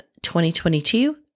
2022